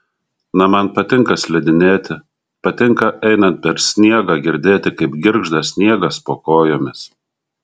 na man patinka slidinėti patinka einant per sniegą girdėt kaip girgžda sniegas po kojomis